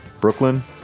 Brooklyn